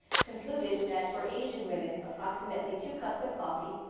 concluded that for asian women, approximately two cups of coffee,